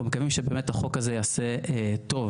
אני אגיד תודה